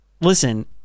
listen